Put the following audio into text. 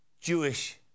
Jewish